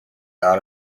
out